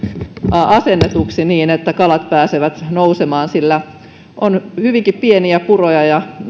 asennetuksi niin että kalat pääsevät nousemaan sillä on hyvinkin pieniä puroja ja